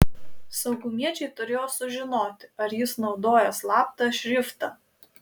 saugumiečiai turėjo sužinoti ar jis naudoja slaptą šriftą